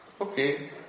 Okay